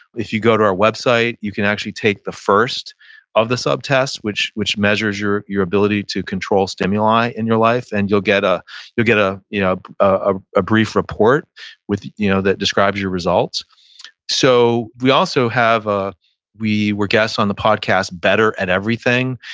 if you go to our website, you can actually take the first of the sub tests, which which measures your your ability to control stimuli in your life. and you'll get ah a ah you know ah brief report with you know that describes your results so we also have, ah we were guests on the podcast better at everything.